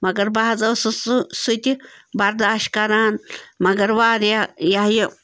مگر بہٕ حظ ٲسٕس سُہ سُہ تہِ برداشت کَران مگر واریاہ یہِ ہَہ یہِ